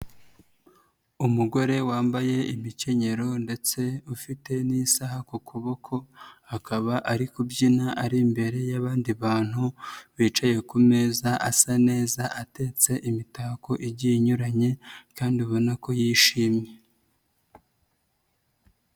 Umugore wambaye ibikenyero ndetse ufite n'isaha ku kuboko, akaba ari kubyina, ari imbere y'abandi bantu, bicaye ku meza, asa neza, atatse imitako igiye inyuranye kandi ubona ko yishimye